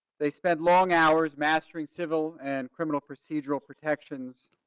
they spent long hours mastering civil and criminal procedural protections.